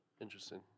Interesting